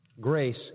Grace